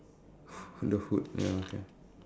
the food ya okay